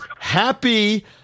Happy